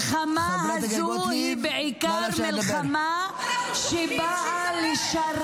טלי גוטליב (הליכוד): היא אמרה שחמאס זה חלק מהעם שלה.